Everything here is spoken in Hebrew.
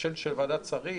ועדת שרים,